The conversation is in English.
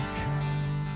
come